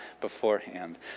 beforehand